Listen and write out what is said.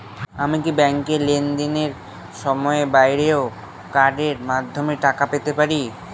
আমি কি ব্যাংকের লেনদেনের সময়ের বাইরেও কার্ডের মাধ্যমে টাকা পেতে পারি?